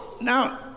Now